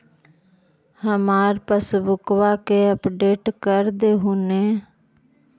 हमार पासबुकवा के अपडेट कर देहु ने?